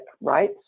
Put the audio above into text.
right